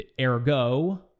Ergo